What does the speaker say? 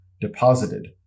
deposited